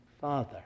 father